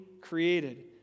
created